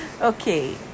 okay